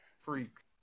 Freaks